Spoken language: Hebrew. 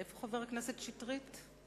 איפה חבר הכנסת שטרית?